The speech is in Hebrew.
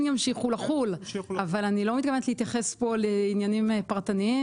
ימשיכו לחול אבל אני לא מתכוונת להתייחס פה לעניינים פרטניים,